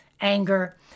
anger